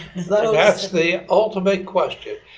but ah that's the ultimate question.